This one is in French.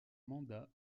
mandat